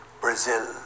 Brazil